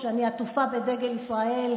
כשאני עטופה בדגל ישראל,